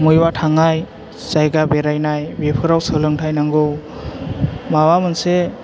मयबा थांनाय जायगा बेरायनाय बेफोराव सोलोंथाइ नांगौ माबा मोनसे